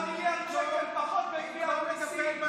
10 מיליארד שקל פחות מגביית מיסים.